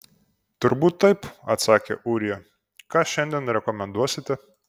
turbūt taip atsakė ūrija ką šiandien rekomenduosite